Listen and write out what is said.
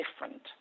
different